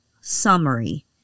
summary